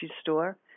store